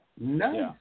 Nice